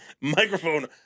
microphone